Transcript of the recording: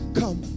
come